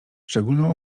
szczególną